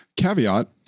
Caveat